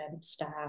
staff